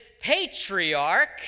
patriarch